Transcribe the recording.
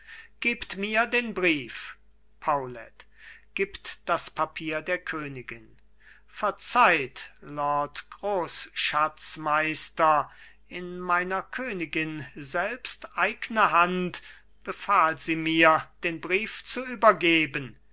gebt mir den brief paulet gibt das papier der königin verzeiht lord großschatzmeister in meiner königin selbsteigne hand befahl sie mir den brief zu übergeben